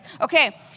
Okay